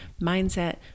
mindset